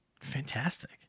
Fantastic